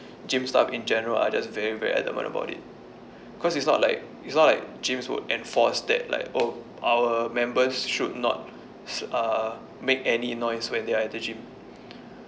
gym staff in general are just very adamant about it because it's not like it's not like gyms would enforce that like oh our members should not s~ uh make any noise when they are at the gym